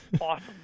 awesome